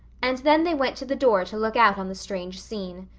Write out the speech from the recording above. and then they went to the door to look out on the strange scene.